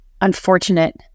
unfortunate